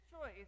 choice